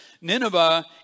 Nineveh